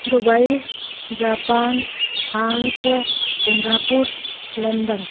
Dubai Japan France Singapore London